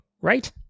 right